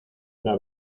una